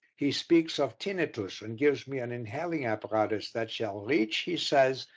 he speaks of tinnitus, and gives me an inhaling apparatus that shall reach, he says,